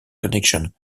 connection